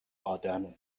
آدمه